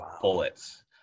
bullets